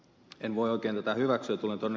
en voi oikein tätä hyväksyä